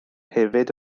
hefyd